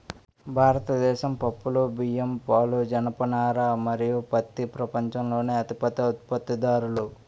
భారతదేశం పప్పులు, బియ్యం, పాలు, జనపనార మరియు పత్తి ప్రపంచంలోనే అతిపెద్ద ఉత్పత్తిదారులు